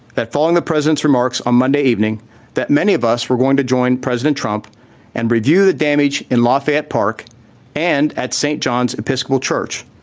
that following the president's remarks on monday evening that many of us were going to join president trump and review the damage in lafayette park and at st. john's episcopal church.